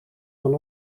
van